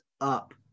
up